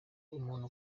umuntu